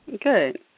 Good